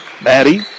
Maddie